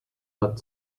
but